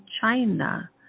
China